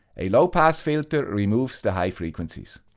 a low pass filter removes the high frequencies.